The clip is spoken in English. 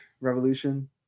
Revolution